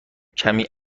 کمی